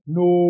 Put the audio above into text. no